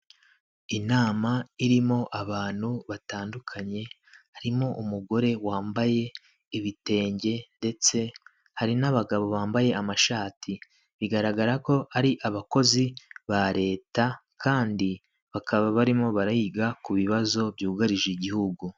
Inama irimo abantu batandukanye harimo umugore wambaye ibitenge ndetse hari n'abagabo bambaye amashati bigaragara ko ari abakozi ba leta kandi bakaba barimo barahiga ku bibazo byugarije igihugu.